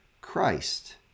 Christ